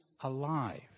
alive